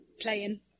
playing